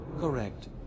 Correct